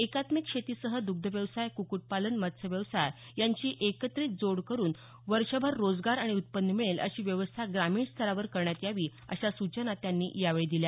एकात्मिक शेतीसह दग्धव्यवसाय क्क्कट पालन मत्स्यव्यवसाय यांची एकत्रीत जोड करुन वर्षभर रोजगार आणि उत्पन्न मिळेल अशी व्यवस्था ग्रामीण स्तरावर करण्यात यावी अशा सूचना त्यांनी यावेळी दिल्या